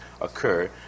occur